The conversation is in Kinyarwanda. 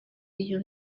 iyo